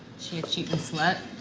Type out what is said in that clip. she a cheating slut?